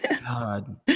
God